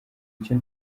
icyo